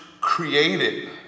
created